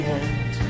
end